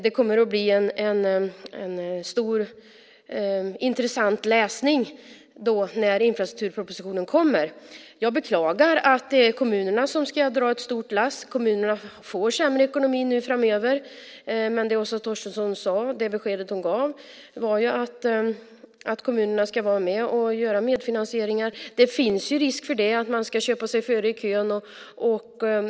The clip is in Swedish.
Det kommer att bli en intressant läsning när infrastrukturpropositionen kommer. Jag beklagar att det är kommunerna som ska dra ett stort lass. Kommunerna får sämre ekonomi framöver. Men det besked som Åsa Torstensson gav var att kommunerna ska vara med och göra medfinansieringar. Det finns risk för att man ska köpa sig före i kön.